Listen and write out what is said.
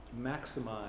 maximize